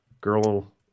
girl